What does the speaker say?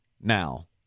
Now